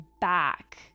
back